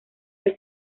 del